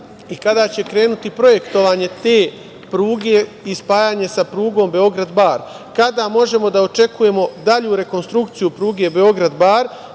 i kada će krenuti projektovanje te pruge i spajanje sa prugom Beograd – Bar? Kada možemo da očekujemo dalju rekonstrukciju pruge Beograd – Bar